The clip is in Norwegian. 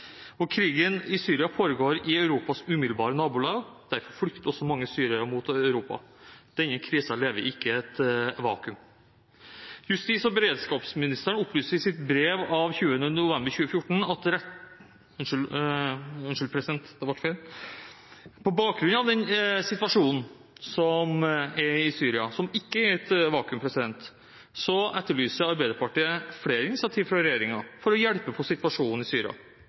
sammenheng. Krigen i Syria foregår i Europas umiddelbare naboland, derfor flykter også mange syrere mot Europa. Denne krisen lever ikke i et vakuum. På bakgrunn av situasjonen i Syria, som ikke foregår i et vakuum, etterlyser Arbeiderpartiet flere initiativ fra regjeringen for å hjelpe på situasjonen der og i